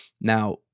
Now